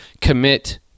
commit